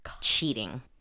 cheating